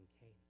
Cain